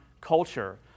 culture